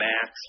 Max